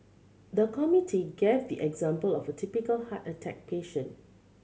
the committee gave the example of a typical heart attack patient